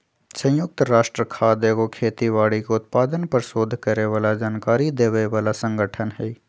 संयुक्त राष्ट्र खाद्य एगो खेती बाड़ी के उत्पादन पर सोध करे बला जानकारी देबय बला सँगठन हइ